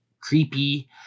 creepy